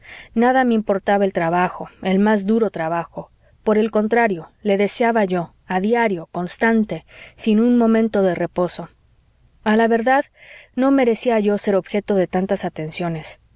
nada me importaba el trabajo el más duro trabajo por el contrario le deseaba yo a diario constante sin un momento de reposo a la verdad no merecía yo ser objeto de tantas atenciones